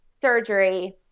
surgery